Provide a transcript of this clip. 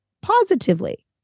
positively